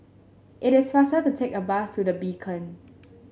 it is faster to take a bus to The Beacon